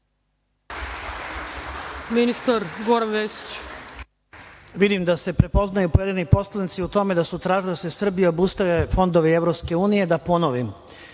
Vesić. **Goran Vesić** Vidim da se prepoznaju pojedini poslanici u tome da su tražili da se Srbiji obustave fondovi EU.Da ponovim.